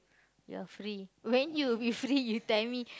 you're free when you'll be free you tell me